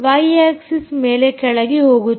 Y axis ಮೇಲೆ ಕೆಳಗೆ ಹೋಗುತ್ತದೆ